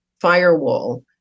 firewall